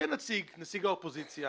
שיהיו נציגים של האופוזיציה